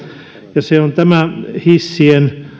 ja se on tämä hissien